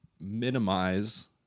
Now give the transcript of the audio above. minimize